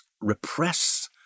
repress